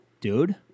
dude